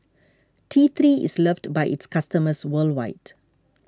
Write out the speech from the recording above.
T three is loved by its customers worldwide